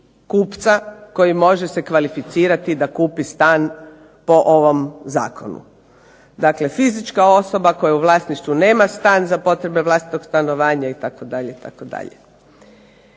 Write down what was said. kupca koji može se kvalificirati da kupi stan po ovom zakonu. Dakle, fizička osoba koja je u vlasništvu nema stan za potrebe vlastitog stanovanja itd.